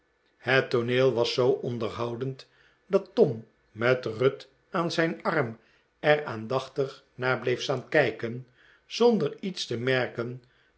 het tooneel was zoo onderhoudend dat tom met ruth aan zijn arm er aandachtig naar bleef staan kijken zonder iets te merken